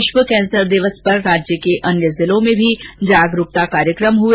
विश्व कैंसर दिवस पर राज्य के अन्य जिलों में भी जागरूकता कार्यक्रम हुए